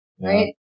right